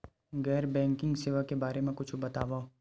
गैर बैंकिंग सेवा के बारे म कुछु बतावव?